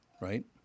right